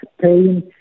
pain